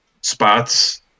spots